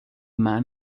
man